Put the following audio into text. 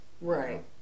Right